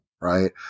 right